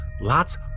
Lots